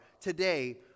today